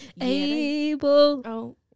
Abel